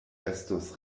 estus